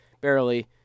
Barely